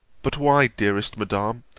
but, why, dearest madam,